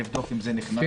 לבדוק אם זה נכנס.